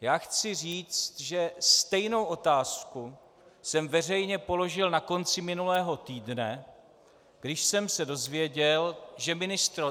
Já chci říct, že stejnou otázku jsem veřejně položil na konci minulého týdne, když jsem se dozvěděl, že